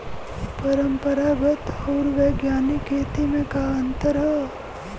परंपरागत आऊर वैज्ञानिक खेती में का अंतर ह?